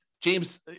James